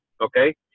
okay